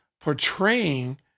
portraying